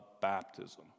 baptism